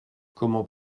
comment